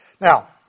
Now